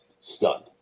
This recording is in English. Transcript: stunned